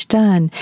done